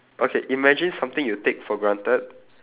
okay imagine something you take for granted